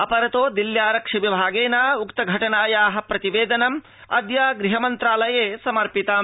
अपरतो दिल्ल्या आरक्षिविभागेन उक्त घटनाया प्रति वेदनम् अद्य गृह मंत्रालये समर्पितम्